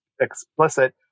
explicit